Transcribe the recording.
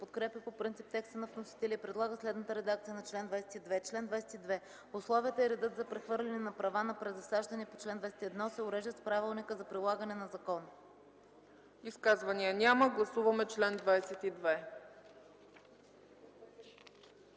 подкрепя по принцип текста на вносителя и предлага следната редакция на чл. 22: „Чл. 22. Условията и редът за прехвърляне на права на презасаждане по чл. 21 се уреждат с правилника за прилагане на закона.” ПРЕДСЕДАТЕЛ ЦЕЦКА ЦАЧЕВА: Изказвания? Няма. Гласуваме чл. 22.